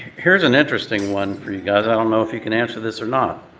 here's an interesting one for you guys. i don't know if you can answer this or not.